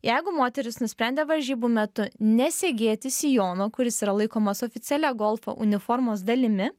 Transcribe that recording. jeigu moteris nusprendė varžybų metu nesegėti sijono kuris yra laikomas oficialia golfo uniformos dalimi